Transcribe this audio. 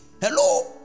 Hello